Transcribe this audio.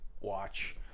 watch